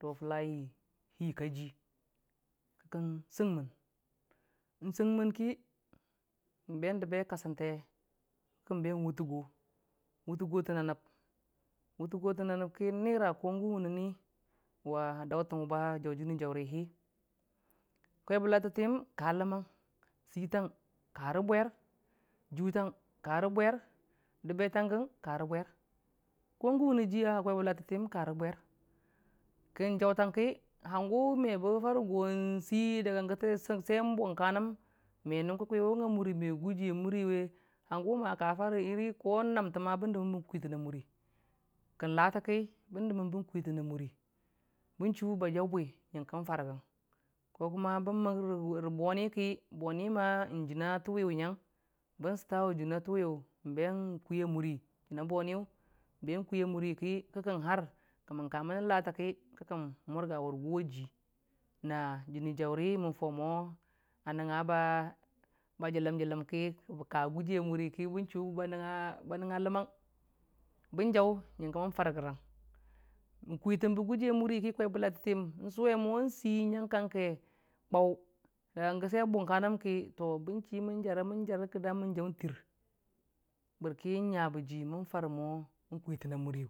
To fʊla hi hi kaji ki kən səngmən, sənmən ki be dəbe kasante ki kən bən wartəgo təna nəb ki kən nira ko gən wʊne ni wa dautənwi, kwai bə latətiyəm ka ləmang sitama, ka rə bwayiʊ jʊtang karə bwayir dəbetangkangən ka rə bwayir ko gən wʊne ji a kwai bə latətiyəm ka rə bwayir kin jautəngki hangu me bə fare go si daga g tən bumkanəm m nung kə kwiwʊng a mʊri me gʊji we hangu ma ka fare n amte bənm dəmən kwitənna muri kin laate ki bən dəmən kwitən a mʊri bə chʊ ba jau bwi ngənkən fare gərən bən mək rə boni ki njəna tuwiyʊ ngana bən sʊtawe jəna tuwiyu jəna boniyʊ bən nkwi a mʊri ki kən har ki mən kamən laate ki, ki kən mʊrga warigʊ a jəni- jauri mən fau mo ba nəngnga ba jələn- jələnki ki kən kwitən laate ko namte ka gʊji a mʊri ki bən chu ba nəngnga ləmang bən jam ngənke mən fare gərən, nkwitən bə gʊji a mʊri ki kwai bə latətətiyəm suwe mo si nyenke kam ge bun kanəm ki mən jare mən jare ki da mən jau tiir, bərki nyabe ii mo kwi təna muri.